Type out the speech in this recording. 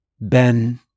Ben